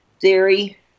theory